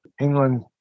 England